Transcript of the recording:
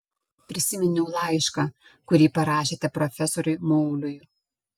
prisiminiau laišką kurį parašėte profesoriui mauliui